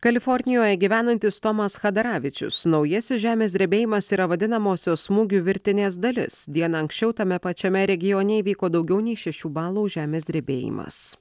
kalifornijoje gyvenantis tomas chadaravičius naujasis žemės drebėjimas yra vadinamosios smūgių virtinės dalis dieną anksčiau tame pačiame regione įvyko daugiau nei šešių balų žemės drebėjimas